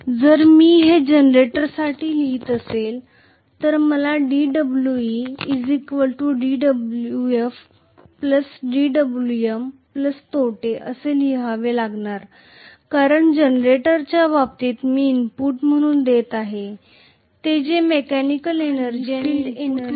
जर मी हे जनरेटरसाठी लिहित असेल तर मला dwe dwf dwm तोटे असे लिहावे लागेल कारण जनरेटरच्या बाबतीत मी इनपुट म्हणून जे देत आहे ते म्हणजे मेकेनिकल एनर्जी आणि आऊटपुट म्हणजे विद्युत ऊर्जा